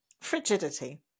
Frigidity